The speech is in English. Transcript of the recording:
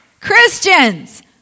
Christians